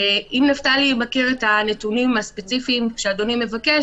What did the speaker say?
אם נפתלי מכיר את הנתונים הספציפיים שאדוני מבקש,